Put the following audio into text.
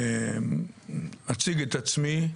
אציג את עצמי,